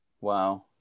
Wow